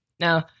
now